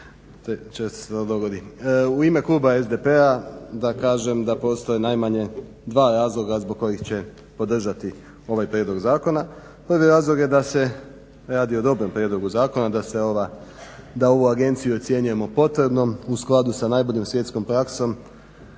U ime kluba SDP-a da kažem da postoje najmanje dva razloga zbog kojih će podržati ovaj prijedlog zakona. Prvi razlog je da se radi o dobrom prijedlogu zakona, da ovu agenciju ocjenjujemo potrebnom u skladu sa najboljom svjetskom praksom